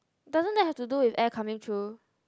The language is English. doesn't that have to come with air coming through